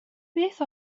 beth